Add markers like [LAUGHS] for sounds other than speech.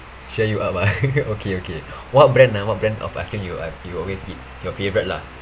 cheer you up ah [LAUGHS] okay okay what brand ah what brand of ice cream you a~ you always eat your favourite lah